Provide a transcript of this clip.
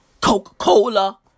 Coca-Cola